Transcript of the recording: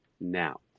now